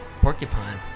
Porcupine